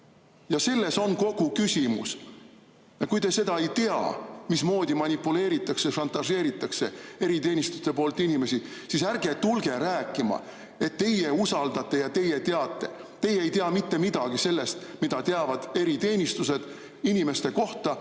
Selles on kogu küsimus! Kui te seda ei tea, mismoodi manipuleeritakse, šantažeeritakse eriteenistuste poolt inimesi, siis ärge tulge rääkima, et teie usaldate ja teie teate. Teie ei tea mitte midagi sellest, mida teavad eriteenistused inimeste kohta